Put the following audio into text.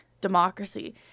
democracy